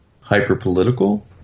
hyper-political